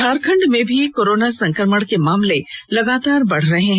झारखंड में भी कोरोना संकमण के मामले लगातार बढ़ रहे हैं